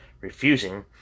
refusing